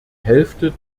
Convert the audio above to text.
hälfte